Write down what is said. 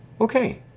okay